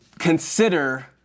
consider